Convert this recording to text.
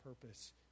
purpose